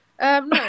No